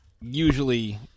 usually